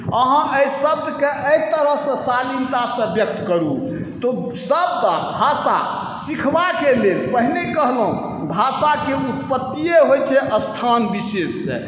अहाँ एहि शब्दके एहि तरहसँ शालीनतासँ व्यक्त करू तऽ सब भाषा सिखबाके लेल पहिने कहलहुँ भाषाके उत्पत्तिए होइ छै स्थान विशेषसँ